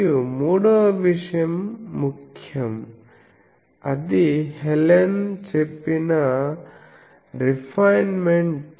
మరియు మూడవ విషయం ముఖ్యం అది హెలెన్ చెప్పిన రిఫైన్మెంట్